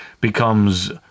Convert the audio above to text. becomes